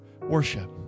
worship